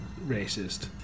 racist